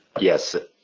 yes,